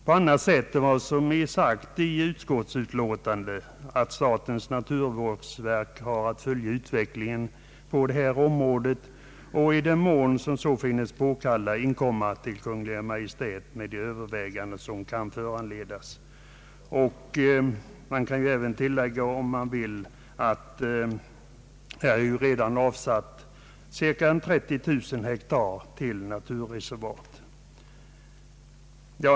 Såsom säges i utskottsutlåtandet har ju också statens naturvårdsverk i uppdrag att följa utvecklingen på detta område och i den mån så befinns påkallat inkomma till Kungl. Maj:t med förslag. Tilläggas kan att cirka 30 000 hektar redan är avsatta till naturreservat.